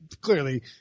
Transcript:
clearly